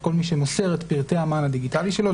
את כל מי שמוסר את פרטי המען הדיגיטלי שלו,